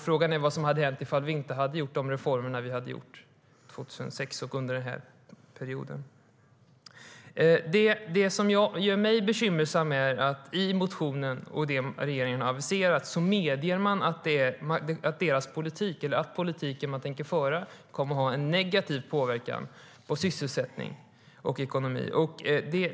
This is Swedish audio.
Frågan är vad som skulle ha hänt om vi inte hade gjort de reformer vi gjorde 2006 och framåt. Det som gör mig bekymrad är att det i motionen, och enligt det som regeringen aviserat, medges att den politik man tänker föra kommer att ha negativ påverkan på sysselsättning och ekonomi.